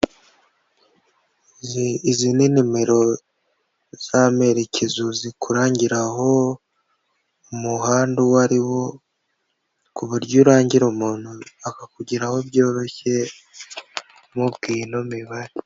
Izi ni nimero z'amerekezo zikurangira aho umuhanda uwo ari wo, ku buryo urangira umuntu akakugeraho byoroshye umubwiye ino mibare.